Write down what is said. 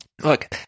look